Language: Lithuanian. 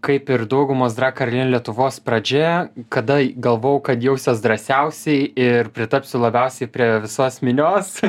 kaip ir daugumos drag karalienių lietuvos pradžia kada galvojau kad jausiuos drąsiausiai ir pritapsiu labiausiai prie visos minios